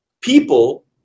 people